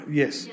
yes